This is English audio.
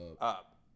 Up